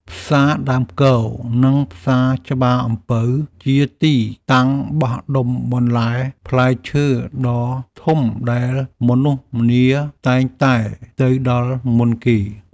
ផ្សារដើមគរ និងផ្សារច្បារអំពៅ ជាទីតាំងបោះដុំបន្លែផ្លែឈើដ៏ធំដែលមនុស្សម្នាតែងតែទៅដល់មុនគេ។